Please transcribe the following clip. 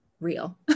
real